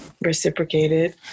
reciprocated